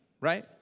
right